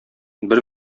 бер